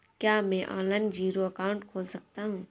क्या मैं online zero account खोल सकता हूँ?